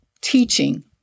teaching